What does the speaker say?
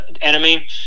enemy